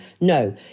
no